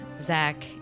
Zach